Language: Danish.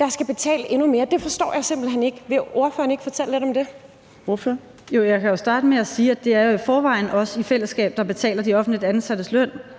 der skal betale endnu mere. Det forstår jeg simpelt hen ikke. Vil ordføreren ikke fortælle lidt om det? Kl. 17:08 Fjerde næstformand (Trine Torp): Ordføreren. Kl. 17:08 Pernille Vermund